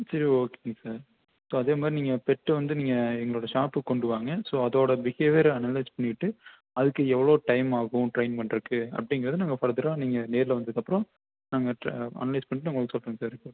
சரி ஓகேங்க sir so அதேமாதிரி நீங்கள் பெட்டை வந்து நீங்கள் எங்களோட ஷாப்புக்கு கொண்டு வாங்க ஸோ அதோட பிஹேவியர்ரை அனலைஸ் பண்ணிவிட்டு அதற்கு எவ்வளோ டைம் ஆகும் ட்ரைன் பண்ணுறதுக்கு அப்படிங்கிறத நாங்கள் ஃபர்தராக நீங்கள் நேரில் வந்துக்கப்புறம் நாங்கள் ட்ரா அனலைஸ் பண்ணிட்டு நான் உங்களுக்கு சொல்றோங்க சார் ரிப்போர்ட்டு